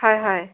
হয় হয়